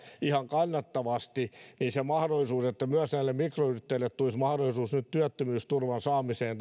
ihan kannattavasti niin minä uskon että jos tämän tilanteen ajaksi myös mikroyrittäjille tulisi nyt mahdollisuus työttömyysturvan saamiseen